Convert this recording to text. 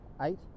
eight